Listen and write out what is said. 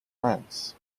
france